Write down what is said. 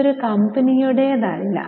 ഇത് ഒരു കമ്പനിയുടേതല്ല